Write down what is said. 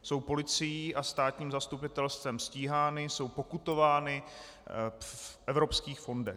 Jsou policií a státním zastupitelstvem stíhány, jsou pokutovány v evropských fondech.